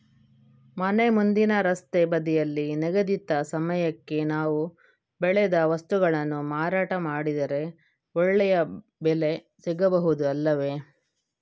ಮನೆ ಮುಂದಿನ ರಸ್ತೆ ಬದಿಯಲ್ಲಿ ನಿಗದಿತ ಸಮಯಕ್ಕೆ ನಾವು ಬೆಳೆದ ವಸ್ತುಗಳನ್ನು ಮಾರಾಟ ಮಾಡಿದರೆ ಒಳ್ಳೆಯ ಬೆಲೆ ಸಿಗಬಹುದು ಅಲ್ಲವೇ?